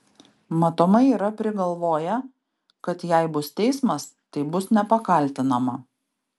matomai yra prigalvoję kad jei bus teismas tai bus nepakaltinama